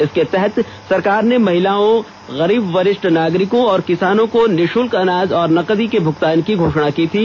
इसके तहत सरकार ने महिलाओं गरीब वरिष्ठ नागरिकों और किसानों को निःशुल्क अनाज और नकदी के भुगतान की घोषणा की थी